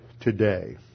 today